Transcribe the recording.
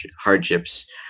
hardships